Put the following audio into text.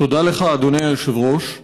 אדוני היושב-ראש.